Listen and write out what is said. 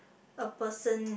a person